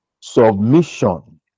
submission